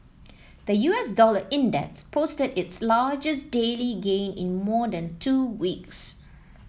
the U S dollar index posted its largest daily gain in more than two weeks